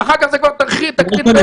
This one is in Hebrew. ואחר כך זאת כבר תקרית בין-לאומית.